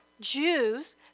Jews